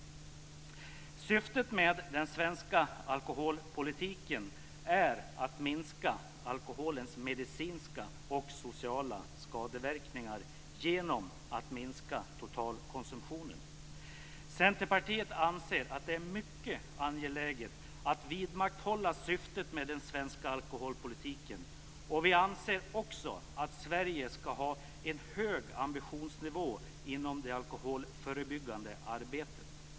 Syftet med den svenska alkoholpolitiken är att minska alkoholens medicinska och sociala skadeverkningar genom att minska totalkonsumtionen. Centerpartiet anser att det är mycket angeläget att vidmakthålla syftet med den svenska alkoholpolitiken, och vi anser också att Sverige ska ha en hög ambitionsnivå inom det alkoholförebyggande arbetet.